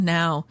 now